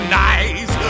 nice